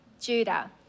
Judah